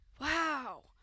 Wow